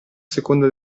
seconda